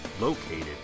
located